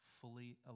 fully